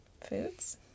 foods